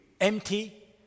empty